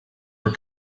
were